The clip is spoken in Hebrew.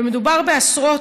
ומדובר בעשרות,